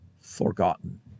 forgotten